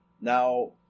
Now